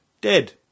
dead